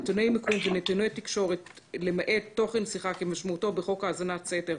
נתוני מיקום ונתוני תקשורת למעט תוכן שיחה כמשמעותו בחוק האזנת סתר,